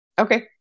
Okay